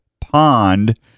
Pond